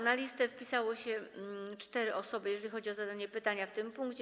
Na listę wpisały się cztery osoby, jeżeli chodzi o zadanie pytania w tym punkcie.